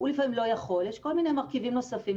הוא לפעמים לא יכול יש כל מיני מרכיבים נוספים.